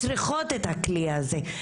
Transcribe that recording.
צריכות את הכלי הזה,